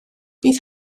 bydd